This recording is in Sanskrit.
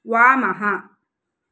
वामः